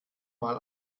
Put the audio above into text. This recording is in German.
mal